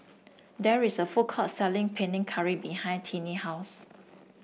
there is a food court selling Panang Curry behind Tinnie house